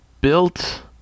built